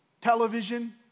television